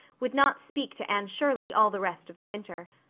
would not speak to anne shirley all the rest of the winter.